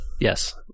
Yes